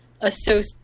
associate